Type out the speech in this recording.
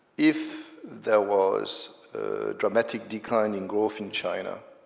if there was a dramatic decline in growth in china,